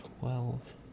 Twelve